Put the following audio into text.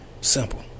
Simple